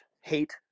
hate